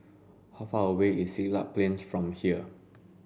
how far away is Siglap Plain from here